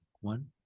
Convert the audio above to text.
one